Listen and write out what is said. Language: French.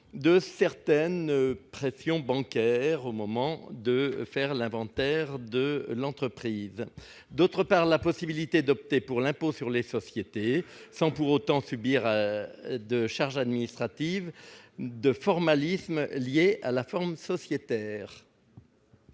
de certaines pressions bancaires au moment de faire l'inventaire de l'entreprise. D'autre part, nous voulons ouvrir la possibilité d'opter pour l'impôt sur les sociétés sans pour autant subir la charge administrative du formalisme lié à la forme sociétaire.